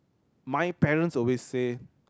my parents always say